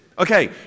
Okay